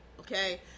okay